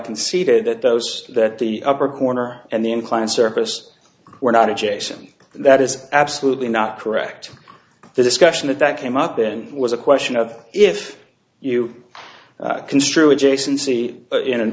conceded that those that the upper corner and the inclined surface were not adjacent that is absolutely not correct the discussion that that came up in was a question of if you construe adjacency in an